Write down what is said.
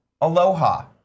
aloha